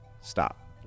stop